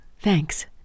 Thanks